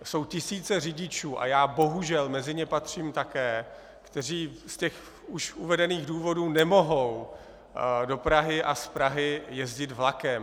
Jsou tisíce řidičů, a já bohužel mezi ně patřím také, kteří z už uvedených důvodů nemohou do Prahy a z Prahy jezdit vlakem.